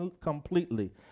completely